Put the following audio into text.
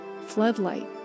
floodlight